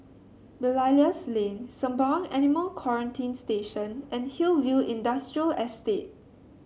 Belilios Lane Sembawang Animal Quarantine Station and Hillview Industrial Estate